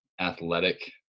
athletic